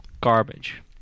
garbage